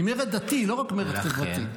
היא מרד דתי, לא רק מרד חברתי.